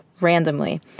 randomly